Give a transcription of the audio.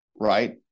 Right